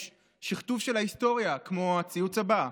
יש שכתוב של ההיסטוריה, כמו הציוץ הבא: